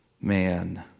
man